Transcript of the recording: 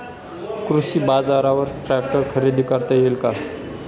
कृषी बाजारवर ट्रॅक्टर खरेदी करता येईल का?